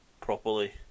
properly